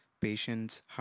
Patients